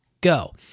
go